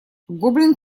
гоблин